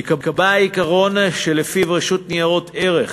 ייקבע העיקרון שלפיו רשות ניירות ערך